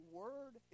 word